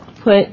put